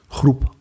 groep